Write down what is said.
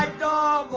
like da